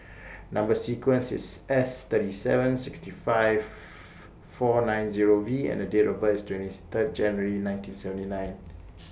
Number sequence IS S thirty seven sixty five four nine Zero V and Date of birth IS twenty three January nineteen seventy nine